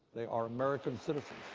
they are american sort of